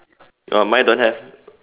oh mine don't have